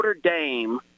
dame